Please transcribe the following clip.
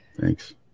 Thanks